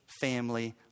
family